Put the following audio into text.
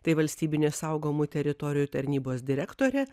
tai valstybinės saugomų teritorijų tarnybos direktorė